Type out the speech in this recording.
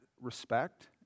respect